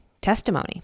testimony